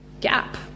gap